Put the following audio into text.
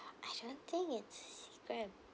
I don't think it's Grab